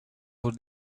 voor